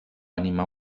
animar